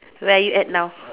where are you at now